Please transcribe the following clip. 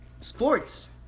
Sports